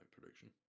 prediction